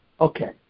Okay